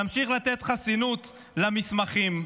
נמשיך לתת חסינות למסמכים,